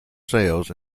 sales